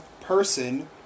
person